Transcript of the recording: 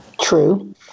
True